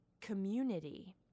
community